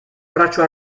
braccio